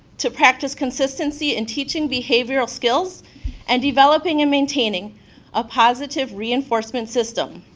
to practice consistency in teaching behavioral skills and developing and maintaining a positive reinforcement system.